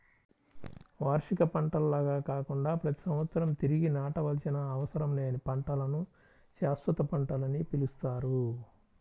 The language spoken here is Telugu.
వార్షిక పంటల్లాగా కాకుండా ప్రతి సంవత్సరం తిరిగి నాటవలసిన అవసరం లేని పంటలను శాశ్వత పంటలని పిలుస్తారు